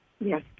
Yes